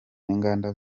n’inganda